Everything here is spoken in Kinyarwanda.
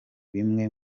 bimwe